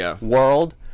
world